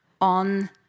on